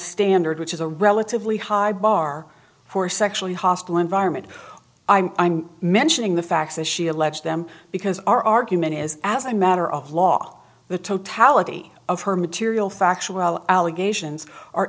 standard which is a relatively high bar for sexually hostile environment i'm mentioning the facts as she alleged them because our argument is as a matter of law the totality of her material factual allegations are